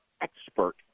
expert